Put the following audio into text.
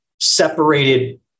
separated